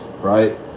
right